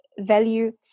value